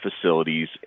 facilities